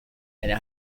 and